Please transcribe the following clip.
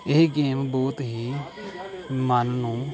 ਇਹ ਗੇਮ ਬਹੁਤ ਹੀ ਮਨ ਨੂੰ